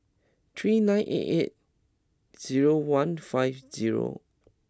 three nine eight eight zero one five zero